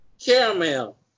Caramel